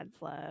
love